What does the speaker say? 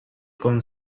con